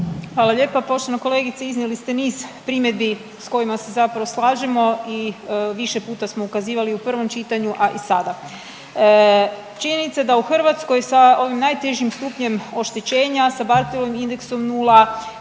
Hvala lijepa. Poštovana kolegice, iznijeli ste niz primjedbi s kojima se zapravo slažemo i više puta smo ukazivali i u prvom čitanju, a i sada. Činjenica je da u Hrvatskoj sa ovim najtežim stupnjem oštećenja, sa Barthelovim indeksom 0,